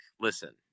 listen